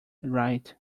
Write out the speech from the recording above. right